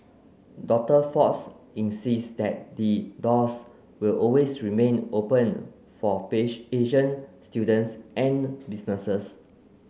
Doctor Fox insists that the doors will always remain open for Asian students and businesses